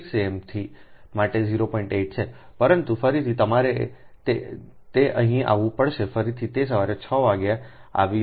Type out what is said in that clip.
8 છે પરંતુ ફરીથી તમારે તે અહીં આવવું પડશે ફરીથી તે સવારે 6 વાગ્યે આવી રહ્યું છે